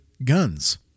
guns